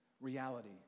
Reality